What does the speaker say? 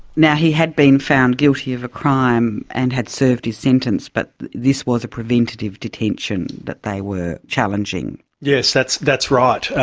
now, he had been found guilty of a crime and had served his sentence, but this was a preventive detention that they were challenging. yes, that's that's right.